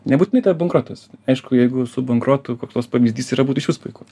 nebūtinai bankrotas aišku jeigu su bankrotu koks nors pavyzdys yra būtų išvis puiku